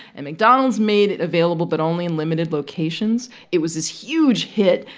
and mcdonald's made it available but only in limited locations. it was this huge hit.